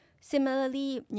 Similarly